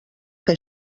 que